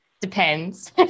depends